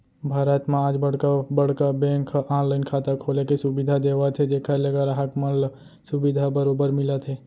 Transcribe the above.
भारत म आज बड़का बड़का बेंक ह ऑनलाइन खाता खोले के सुबिधा देवत हे जेखर ले गराहक मन ल सुबिधा बरोबर मिलत हे